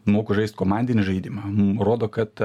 moku žaist komandinį žaidimą rodo kad